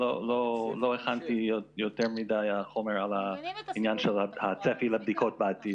אבל לא הכנתי יותר מדי חומר על עניין של הצפי לבדיקות בעתיד.